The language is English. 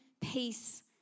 peace